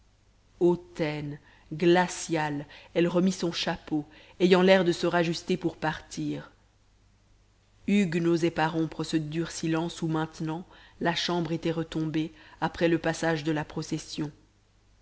hautaine glaciale elle remit son chapeau ayant l'air de se rajuster pour partir hugues n'osait pas rompre ce dur silence où maintenant la chambre était retombée après le passage de la procession